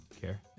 care